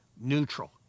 neutral